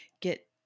get